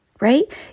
right